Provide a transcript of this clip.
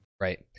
Right